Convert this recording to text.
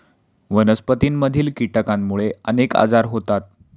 वनस्पतींमधील कीटकांमुळे अनेक आजार होतात